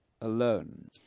alone